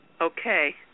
Okay